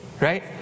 right